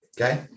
okay